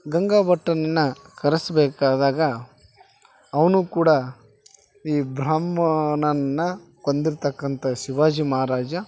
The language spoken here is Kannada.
ಗಂಗಾ ಬಟ್ಟನನ್ನ ಕರೆಸಬೇಕಾದಾಗ ಅವನು ಕೂಡ ಈ ಬ್ರಾಹ್ಮಣನನ್ನ ಕೊಂದಿರ್ತಕ್ಕಂಥ ಶಿವಾಜಿ ಮಹಾರಾಜ